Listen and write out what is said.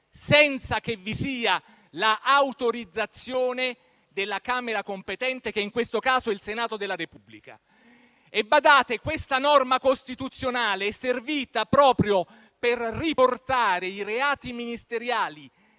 senza che vi sia l'autorizzazione della Camera competente, che in questo caso è il Senato della Repubblica. Questa norma costituzionale è servita proprio a riportare i reati ministeriali,